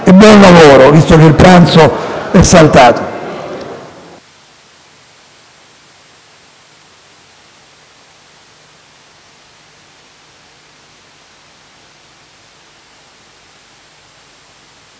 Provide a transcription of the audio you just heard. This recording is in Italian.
e buon lavoro, visto che il pranzo è saltato.